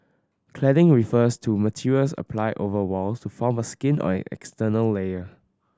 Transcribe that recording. cladding refers to materials applied over walls to form a skin or an external layer